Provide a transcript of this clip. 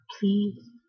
Please